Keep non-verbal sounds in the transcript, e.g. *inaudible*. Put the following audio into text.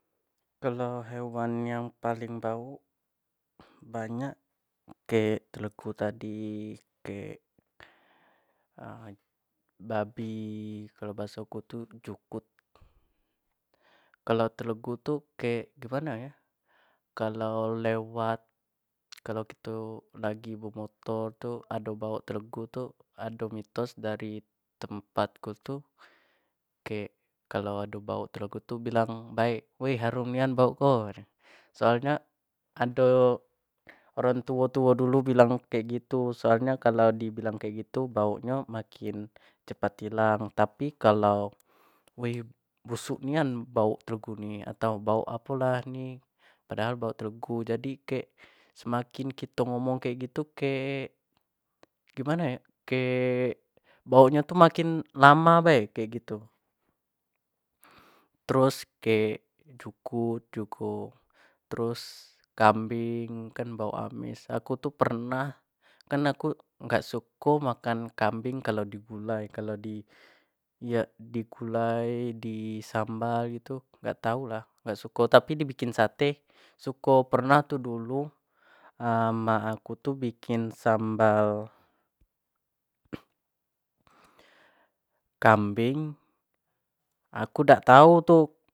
kalau hewan yang paling bauk banyak, kek telegu tadi kek *hesitation* babi kalau bahaso ku tu jukut, kalo telegu tu kek gimano yo, kalo lewat, kalo kito lagi bemotor tu ado bauk telegu tu ado mitos dari tempat ku tu kek kalo ado bauk telegu tu bilang be woi harum nian bauk ko, soal nyo ado orang tuo-tuo dulu bilang kek gitu soal nyo kalo di bilang kek gitu bauk nyo makin cepat ilang, tapi kalo busuk nian bauk yo telegu ni atau bauk apo lah ni, padahal bauk telegu jadi kek semakin kito ngomong kek gitu jadi kek gimano yo, kek baun nyo tu makin lama be kek gitu terus kek jukut jugo, terus kambing kan bauk amis, aku pernah kan aku dak suko makan kambing kalo di gulai kalo di sambal gitu dak tau tapi bikin sate suko pernah tu dulu *hesitation* mak aku tu bikin sambal *noise* kambing aku dak tau tu.